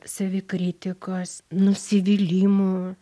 savikritikos nusivylimų